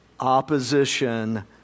opposition